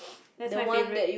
that's my favourite